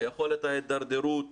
ויכולת ההתדרדרות